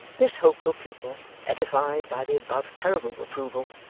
this hopeful pupil edified by the above terrible reproval,